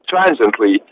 transiently